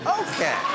Okay